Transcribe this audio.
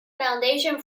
foundation